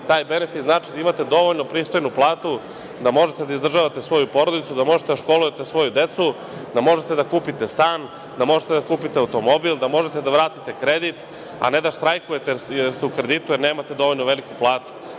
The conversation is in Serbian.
Taj benefit znači da imate dovoljno pristojnu platu, da možete da izdržavate svoju porodicu, da možete da školujete svoju decu, da možete da kupite stan, da možete da kupite automobil, da možete da vratite kredit, a ne da štrajkujete, jer ste u kreditu jer nemate dovoljno veliku platu,